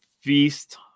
feast